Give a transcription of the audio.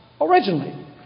originally